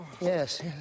Yes